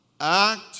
Act